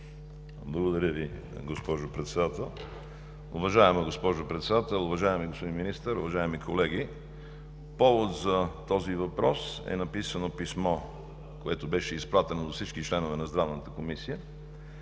Благодаря Ви, госпожо Председател. Уважаема госпожо Председател, уважаеми господин Министър, уважаеми колеги! Повод за този въпрос е написано писмо, което беше изпратено до всички членове на Здравната комисия,